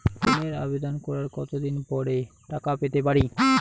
লোনের আবেদন করার কত দিন পরে টাকা পেতে পারি?